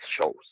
shows